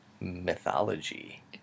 mythology